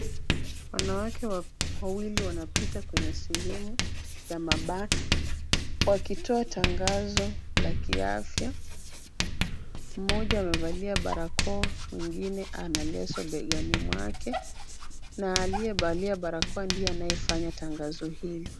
Wanawake wawili wanapita kwenye sehemu ya mabati wakitoa tangazo la kiafya. Mmoja amevalia barakoa, mwingine ana leso begani mwake na aliyevalia barakoa ndiye anayefanya tangazo hilo.